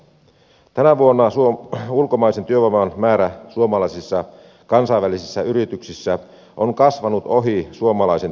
tänä vuonna ulkomaisen työvoiman määrä suomalaisissa kansainvälisissä yrityksissä on kasvanut ohi suomalaisen työvoiman